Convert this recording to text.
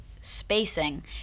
spacing